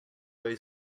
way